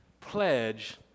pledge